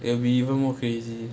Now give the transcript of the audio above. it will be even more crazy